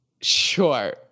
Sure